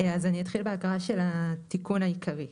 אני אתחיל בהקראה של התיקון העיקרי.